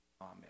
Amen